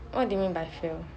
what do you mean by fail